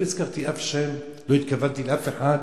לא הזכרתי אף שם, לא התכוונתי לאף אחד.